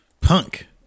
Punk